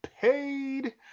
paid